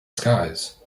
skies